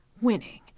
winning